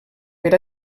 per